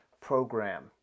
program